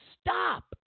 Stop